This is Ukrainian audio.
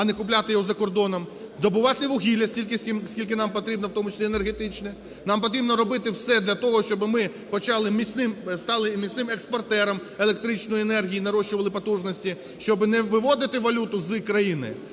а не купляти його за кордоном; добувати вугілля стільки, скільки нам потрібно, в тому числі енергетичне. Нам потрібно робити все для того, щоб ми почали міцним, сталим і міцним експортером електричної енергії, нарощували потужності, щоб не виводити валюту з країни,